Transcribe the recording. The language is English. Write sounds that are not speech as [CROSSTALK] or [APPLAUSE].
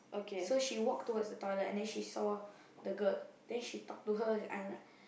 so she walked towards the toilet and then she saw the girl then she talk to her [NOISE]